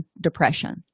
depression